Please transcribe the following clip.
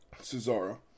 Cesaro